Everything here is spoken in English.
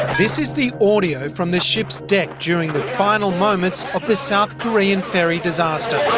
this is the audio from the ship's deck during the final moments of the south korean ferry disaster.